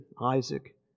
Isaac